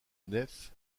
nef